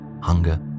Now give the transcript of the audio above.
hunger